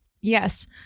yes